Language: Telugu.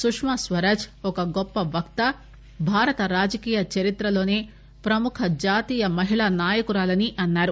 సుష్కాస్పరాజ్ ఒక గొప్ప వక్త భారత రాజకీయ చరిత్రలోనే ప్రముఖ జాతీయ మహిళా నాయకురాలని అన్పారు